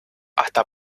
hasta